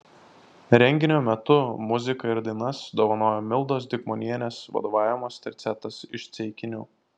renginio metu muziką ir dainas dovanojo mildos dikmonienės vadovaujamas tercetas iš ceikinių